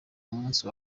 munsi